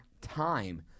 time